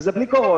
וזה בלי קורונה.